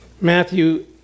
Matthew